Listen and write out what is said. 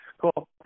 Cool